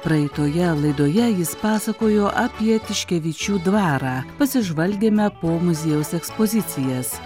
praeitoje laidoje jis pasakojo apie tiškevičių dvarą pasižvalgėme po muziejaus ekspozicijas